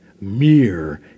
mere